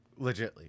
Legitly